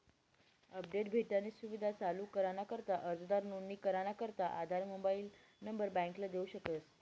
update भेटानी सुविधा चालू कराना करता अर्जदार नोंदणी कराना करता आधार मोबाईल नंबर बॅकले देऊ शकस